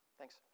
Thanks